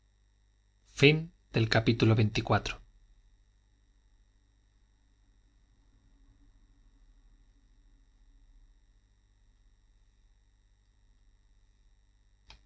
fin del cual